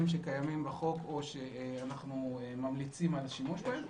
שקיימים בחוק או שאנחנו ממליצים על שימוש בהם.